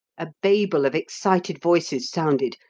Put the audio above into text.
a babel of excited voices sounded,